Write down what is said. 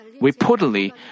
Reportedly